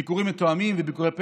ביקורים מתואמים וביקורי פתע,